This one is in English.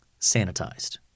sanitized